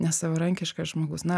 nesavarankiškas žmogus na